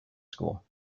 school